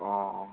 অঁ অঁ